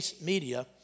media